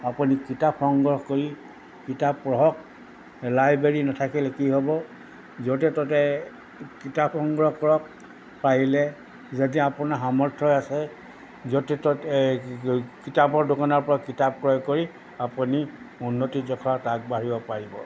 আপুনি কিতাপ সংগ্ৰহ কৰি কিতাপ পঢ়ক লাইব্ৰেৰী নাথাকিলে কি হ'ব য'তে ত'তে কিতাপ সংগ্ৰহ কৰক পাৰিলে যদি আপোনাৰ সামৰ্থ আছে য'তে ত'তে কিতাপৰ দোকানৰিপৰা কিতাপ ক্ৰয় কৰি আপুনি উন্নতিৰ জখলাত আগবাঢ়িব পাৰিব